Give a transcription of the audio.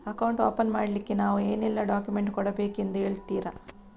Account open ಮಾಡ್ಲಿಕ್ಕೆ ನಾವು ಏನೆಲ್ಲ ಡಾಕ್ಯುಮೆಂಟ್ ಕೊಡಬೇಕೆಂದು ಹೇಳ್ತಿರಾ?